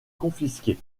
confisqués